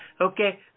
Okay